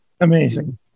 Amazing